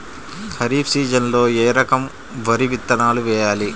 ఖరీఫ్ సీజన్లో ఏ రకం వరి విత్తనాలు వేయాలి?